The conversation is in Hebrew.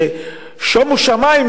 ששומו שמים,